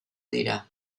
dira